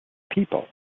people